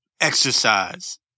exercise